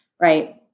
right